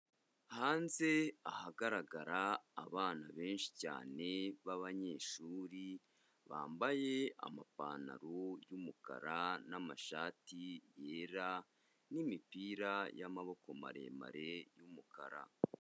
Hanze ahagaragara abana benshi cyane b'abanyeshuri, bambaye amapantaro y'umukara n'amashati yera n'imipira y'amaboko maremare y'umukara.